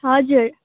हजुर